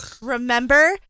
Remember